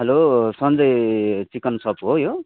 hello Sanjay chicken soup हो यो